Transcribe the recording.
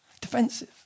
defensive